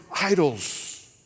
idols